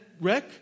wreck